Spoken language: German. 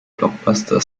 blockbuster